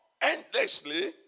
endlessly